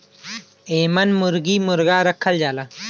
एमन मुरगी मुरगा रखल जाला